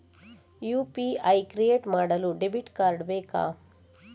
UPI create ಮಾಡಲು debit card ಬೇಕಾ?